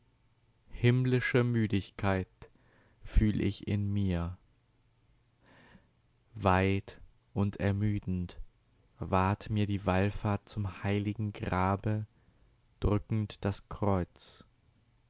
himmlische müdigkeit fühl ich in mir weit und ermüdend ward mir die wallfahrt zum heiligen grabe drückend das kreuz